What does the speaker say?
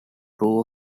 true